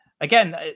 Again